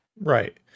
Right